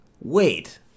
wait